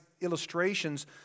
illustrations